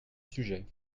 sujet